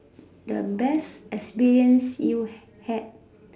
the best experience you had